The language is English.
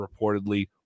reportedly